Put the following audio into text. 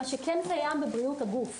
מה שכן קיים בבריאות הגוף,